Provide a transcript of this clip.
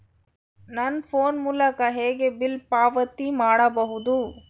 ನನ್ನ ಫೋನ್ ಮೂಲಕ ಹೇಗೆ ಬಿಲ್ ಪಾವತಿ ಮಾಡಬಹುದು?